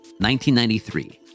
1993